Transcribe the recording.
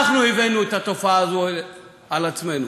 אנחנו הבאנו את התופעה הזאת על עצמנו.